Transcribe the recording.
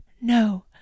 no